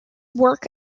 work